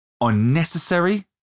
unnecessary